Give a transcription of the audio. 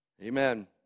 Amen